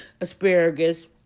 asparagus